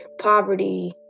poverty